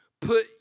put